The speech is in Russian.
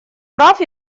прав